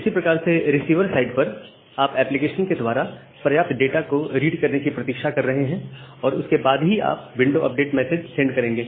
इसी प्रकार से रिसीवर साइड पर आप एप्लीकेशन के द्वारा पर्याप्त डाटा को रीड करने की प्रतीक्षा कर रहे हैं और उसके बाद ही आप विंडो अपडेट मैसेज सेंड करेंगे